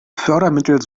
fördermittel